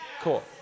Cool